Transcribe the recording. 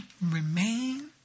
remain